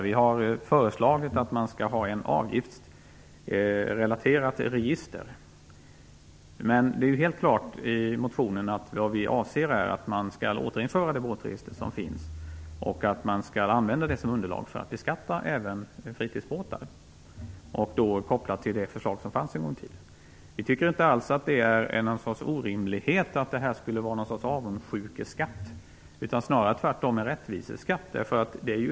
Vi har föreslagit att avgiften skall relateras till ett register. Det är helt klart i motionen att det vi avser är att det båtregister som fanns skall återinföras. Man skall använda det som underlag för att beskatta även fritidsbåtar, kopplat till det förslag som fanns en gång i tiden. Vi tycker inte alls att det är en orimlighet eller att det skulle vara något slags avundsjukeskatt. Det är tvärtom snarare en rättviseskatt.